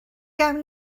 gawn